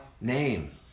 name